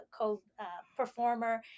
co-performer